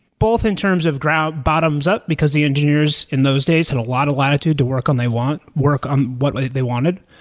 both in terms of bottoms up, because the engineers in those days had a lot of latitude to work on they want, work on what they wanted.